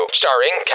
starring